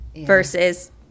Versus